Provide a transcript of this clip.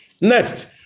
Next